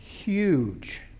huge